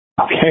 Okay